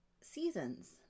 seasons